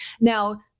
Now